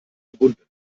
gebunden